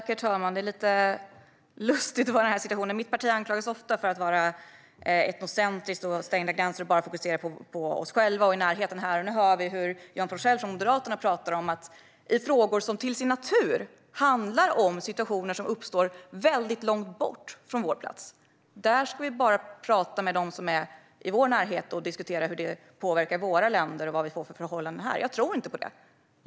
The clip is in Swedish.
Herr talman! Det är lite lustigt att vara i den här situationen. Mitt parti anklagas ofta för att vara etnocentriskt, vilja ha stängda gränser och bara fokusera på oss själva och vår närhet. Nu hör vi Johan Forssell från Moderaterna tala om att vi när det gäller frågor som till sin natur handlar om situationer som uppstår väldigt långt bort bara ska prata med dem som är i vår närhet och diskutera hur det påverkar våra länder och vad vi får för förhållanden här. Jag tror inte på det.